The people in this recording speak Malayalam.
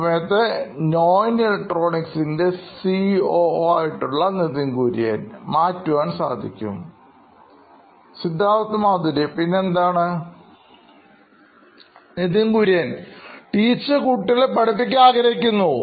Nithin Kurian COO Knoin Electronics മാറ്റുവാൻ സാധിക്കും Siddharth Maturi CEO Knoin Electronics പിന്നെന്താണ് Nithin Kurian COO Knoin Electronics teacher കുട്ടികളെ പഠിപ്പിക്കാൻ ആഗ്രഹിക്കുന്നു